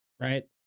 right